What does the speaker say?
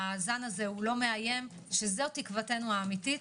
והזן הזה לא מאיים זאת תקוותנו האמיתית.